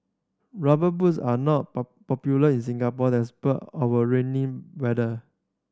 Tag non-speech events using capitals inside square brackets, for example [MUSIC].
Rubber Boots are not [UNINTELLIGIBLE] popular in Singapore despite our rainy weather